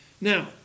now